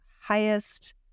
highest